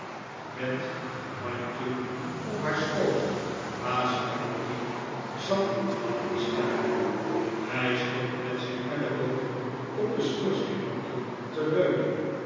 met een mandje op haar schoot baas peggotty zat aan te staren hij stond met zijn elleboog op den schoorsteenmahtel te leunen